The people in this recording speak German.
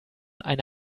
eine